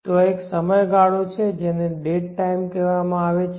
ત્યાં એક સમયગાળો છે જેને ડેડ ટાઇમ કહેવામાં આવે છે